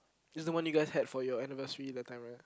is the one you guys had for your anniversary that time right